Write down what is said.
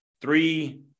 three